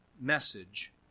message